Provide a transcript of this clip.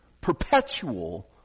Perpetual